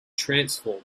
transform